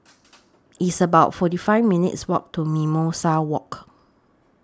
It's about forty five minutes' Walk to Mimosa Walk